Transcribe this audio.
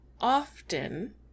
often